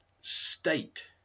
state